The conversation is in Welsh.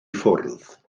ffwrdd